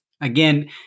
Again